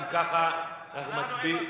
אם ככה, אנחנו מצביעים.